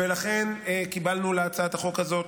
ולכן קיבלנו להצעת החוק הזאת